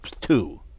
two